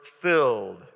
filled